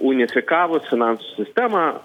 unifikavus finansų sistemą